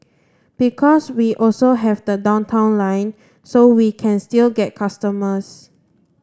because we also have the Downtown Line so we can still get customers